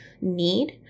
need